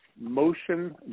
motion